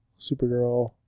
Supergirl